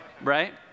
Right